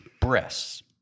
breasts